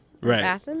right